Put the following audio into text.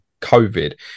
COVID